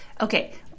Okay